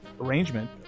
arrangement